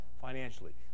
financially